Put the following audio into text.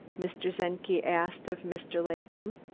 mr. czenki asked of mr. latham.